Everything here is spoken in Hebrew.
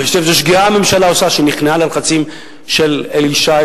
אני חושב ששגיאה עשתה הממשלה שנכנעה ללחצים של אלי ישי.